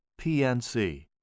PNC